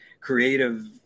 creative